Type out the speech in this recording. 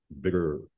bigger